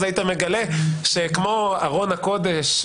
היית מגלה שכמו ארון הקודש,